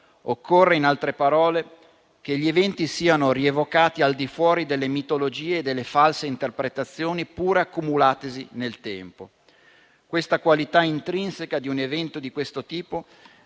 Occorre, in altre parole, che gli eventi siano rievocati al di fuori delle mitologie e delle false interpretazioni, pur accumulatesi nel tempo. Questa qualità intrinseca di un evento di questo tipo,